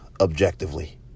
objectively